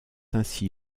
ainsi